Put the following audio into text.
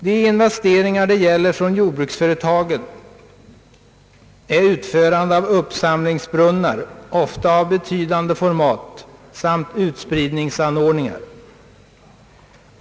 De investeringar det här gäller från jordbruksföretagen är utförande av uppsamlingsbrunnar, ofta av betydande format, samt utspridningsanordningar.